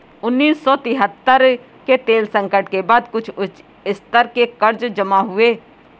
उन्नीस सौ तिहत्तर के तेल संकट के बाद कुछ उच्च स्तर के कर्ज जमा हुए